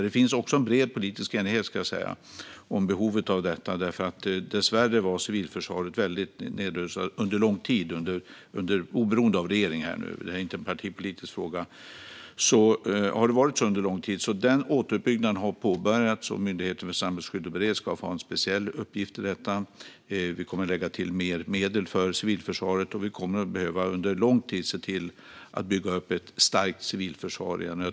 Det finns också bred politisk enighet om behovet av detta, för dessvärre var civilförsvaret nedrustat under lång tid. Oberoende av regering - det är inte en partipolisk fråga - har det varit så under lång tid. Återuppbyggnaden har påbörjats, och Myndigheten för samhällsskydd och beredskap har en särskild uppgift i detta. Vi kommer att lägga till mer medel för civilförsvaret, och vi kommer under lång tid att behöva bygga upp ett starkt civilförsvar igen.